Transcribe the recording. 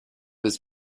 his